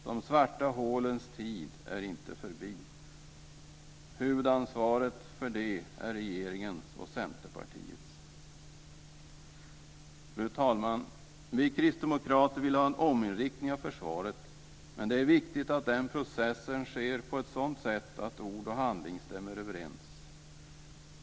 De svarta hålens tid är inte förbi. Huvudansvaret för detta är regeringens och Centerpartiets. Fru talman! Vi kristdemokrater vill ha en ominriktning av försvaret, men det är viktigt att den processen sker på ett sådant sätt att ord och handling stämmer överens.